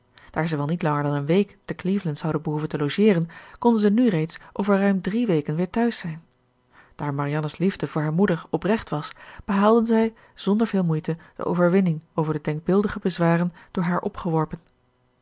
daar zij wel niet langer dan een week te cleveland zouden behoeven te logeeren konden zij nu reeds over ruim drie weken weer thuis zijn daar marianne's liefde voor haar moeder oprecht was behaalde zij zonder veel moeite de overwinning over de denkbeeldige bezwaren door haar opgeworpen